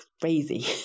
crazy